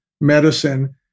medicine